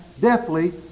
deftly